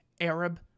Arab